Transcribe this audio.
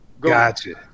Gotcha